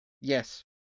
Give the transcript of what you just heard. Yes